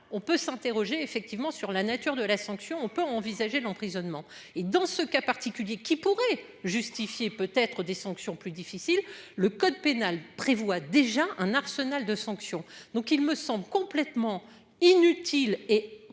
on peut s'interroger effectivement sur la nature de la sanction, on peut envisager l'emprisonnement et dans ce cas particulier qui pourrait justifier peut être des sanctions plus difficile le code pénal prévoit déjà un arsenal de sanctions. Donc il me semble complètement inutile et